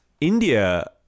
India